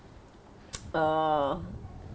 err